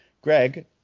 Greg